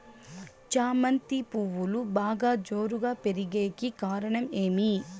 చామంతి పువ్వులు బాగా జోరుగా పెరిగేకి కారణం ఏమి?